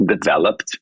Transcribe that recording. developed